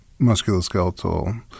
musculoskeletal